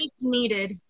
needed